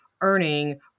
earning